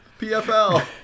pfl